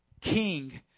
King